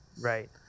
Right